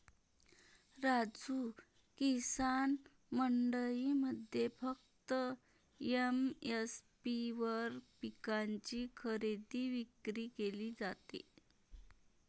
राजू, किसान मंडईमध्ये फक्त एम.एस.पी वर पिकांची खरेदी विक्री केली जाते